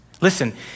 Listen